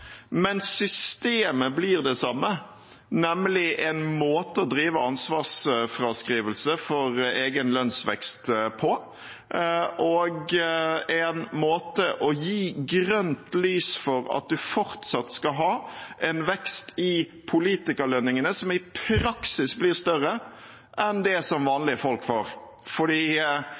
men systemet blir det samme, nemlig en måte å drive ansvarsfraskrivelse for egen lønnsvekst på, og å gi grønt lys for at man fortsatt skal ha en vekst i politikerlønningene som i praksis blir større enn det vanlige folk får.